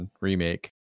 Remake